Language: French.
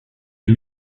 les